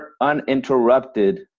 uninterrupted